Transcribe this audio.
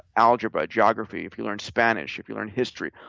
algebra, geography, if you learn spanish, if you learn history.